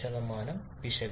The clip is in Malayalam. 5 പിശക്